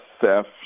theft